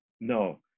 No